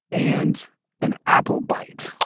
and an apple bite.